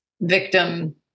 victim